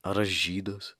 ar aš žydas